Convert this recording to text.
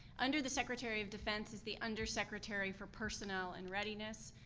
under the secretary of defense is the under secretary for personnel and readiness,